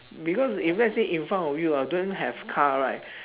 because if let's say in front of you ah don't have car right